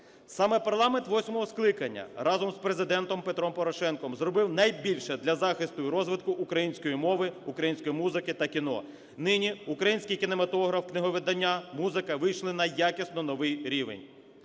Саме парламент восьмого скликання разом з Президентом Петром Порошенком зробив найбільше для захисту і розвитку української мови, української музики та кіно. Нині український кінематограф, книговидання, музика вийшли на якісно новий рівень.